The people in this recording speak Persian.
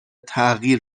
تغییر